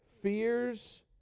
fears